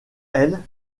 elle